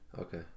okay